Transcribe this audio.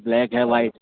black ہے white